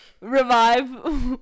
revive